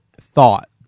thought